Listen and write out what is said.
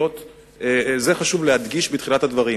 זה חשוב להדגיש בתחילת הדברים,